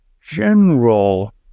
general